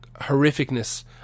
horrificness